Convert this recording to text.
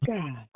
God